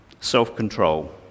Self-control